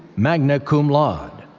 magna cum laude.